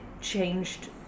changed